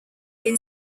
they